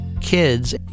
Kids